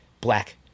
black